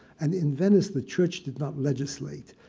and in venice the church did not legislate.